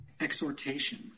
Exhortation